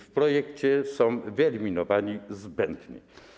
W projekcie są wyeliminowani, zbędni.